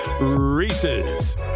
Reese's